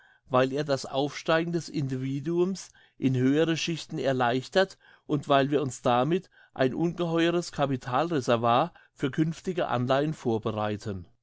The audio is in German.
weil er das aufsteigen des individuums in höhere schichten erleichtert und weil wir uns damit ein ungeheures capitalsreservoir für künftige anleihen vorbereiten